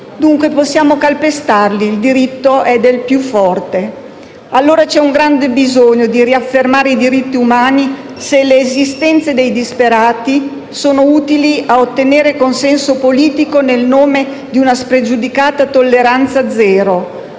dunque possiamo calpestarli; il diritto è del più forte. Allora c'è un grande bisogno di riaffermare i diritti umani, se le esistenze dei disperati sono utili ad ottenere consenso politico nel nome di una spregiudicata tolleranza zero;